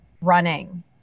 running